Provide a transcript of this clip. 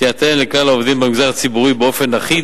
תינתן לכלל העובדים במגזר הציבורי באופן אחיד